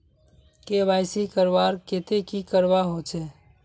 KYC करवार केते की करवा होचए?